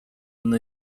una